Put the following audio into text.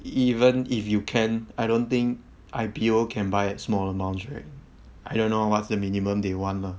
even if you can I don't think I_P_O can buy at small amounts right I don't know what's the minimum they want lah